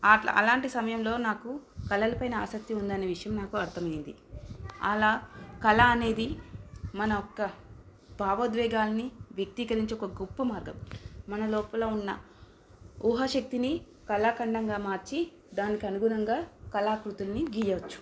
అట్లా అలాంటి సమయంలో నాకు కళలపైన ఆసక్తి ఉందని విషయం నాకు అర్థమైంది అలా కళ అనేది మనయొక్క భావోద్వేగాల్ని వ్యక్తీకరించే ఒక గొప్ప మార్గం మన లోపల ఉన్న ఊహశక్తిని కళాఖండంగా మార్చి దానికి అనుగుణంగా కళాకృతులని గీయొచ్చు